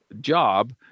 job